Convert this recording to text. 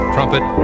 Trumpet